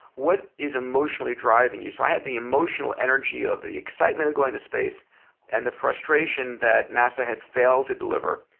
what is emotionally driving you? so i had the emotional energy of the excitement of going to space and the frustration that nasa had failed to deliver,